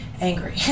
angry